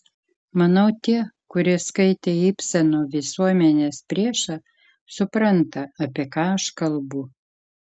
manau tie kurie skaitė ibseno visuomenės priešą supranta apie ką aš kalbu